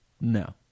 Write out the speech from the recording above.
no